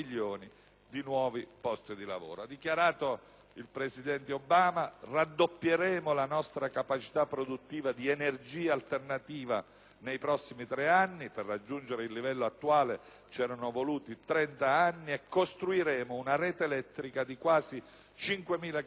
di nuovi posti di lavoro. Ha dichiarato il presidente Obama: raddoppieremo la nostra capacità produttiva di energia alternativa nei prossimi tre anni (per raggiungere il livello attuale ci erano voluti 30 anni) e costruiremo una rete elettrica di quasi 5.000 chilometri,